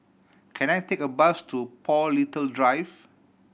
can I take a bus to Paul Little Drive